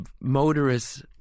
motorists